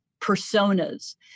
personas